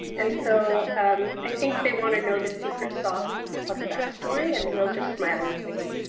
and so i think they want to know the secret sauce of the backstory and we'll just smile and say,